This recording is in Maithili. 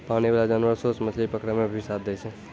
पानी बाला जानवर सोस मछली पकड़ै मे भी साथ दै छै